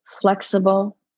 flexible